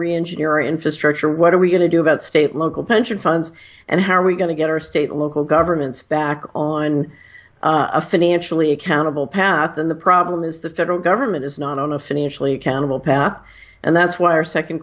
reengineer infrastructure what are we going to do about state local pension funds and how are we going to get our state local governments back on a financially accountable path and the problem is the federal government is not on a financially accountable path and that's why our second